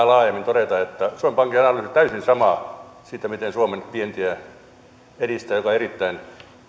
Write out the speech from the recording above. laajemmin todeta että suomen pankin analyysi on täysin sama siitä miten edistetään suomen vientiä joka on erittäin